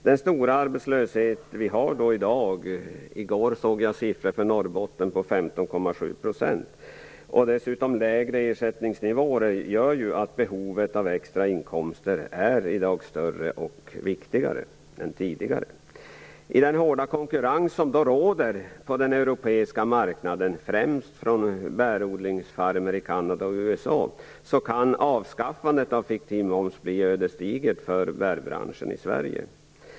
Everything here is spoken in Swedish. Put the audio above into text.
Den stora arbetslöshet vi har i dag - i går såg jag en siffra för Norrbotten på 15,7 %- och dessutom de lägre ersättningsnivåerna gör att behovet av extra inkomster i dag är större och viktigare än tidigare. I den hårda konkurrens som råder på den europeiska marknaden, främst från bärodligsfarmer i Kanada och USA, kan avskaffandet av fiktiv moms bli ödesdigert för bärbranschen i Sverige.